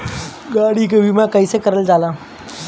गाड़ी के बीमा कईसे करल जाला?